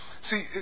See